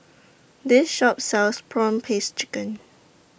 This Shop sells Prawn Paste Chicken